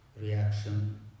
reaction